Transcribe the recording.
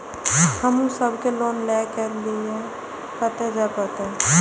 हमू सब के लोन ले के लीऐ कते जा परतें?